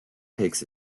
takes